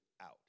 out